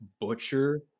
butcher